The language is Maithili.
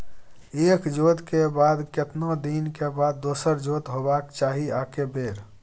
एक जोत के बाद केतना दिन के बाद दोसर जोत होबाक चाही आ के बेर?